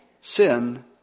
sin